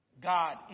God